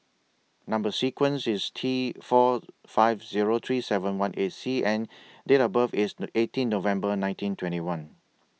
Number sequence IS T four five Zero three seven one eight C and Date of birth IS eighteen November nineteen twenty one